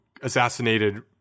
assassinated